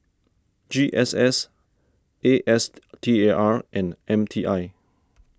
G S S A S T A R and M T I